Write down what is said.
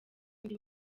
undi